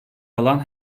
alan